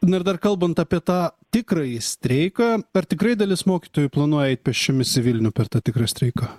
na ir dar kalbant apie tą tikrąjį streiką ar tikrai dalis mokytojų planuoja eit pėsčiomis į vilnių per tą tikrą streiką